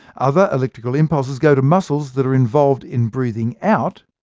other electrical impulses go to muscles that are involved in breathing out,